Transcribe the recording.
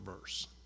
verse